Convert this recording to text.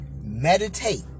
meditate